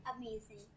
Amazing